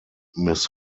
miss